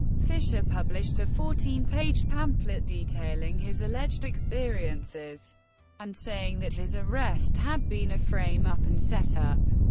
fischer published a fourteen page pamphlet detailing his alleged experiences and saying that his arrest had been a frame up and set up.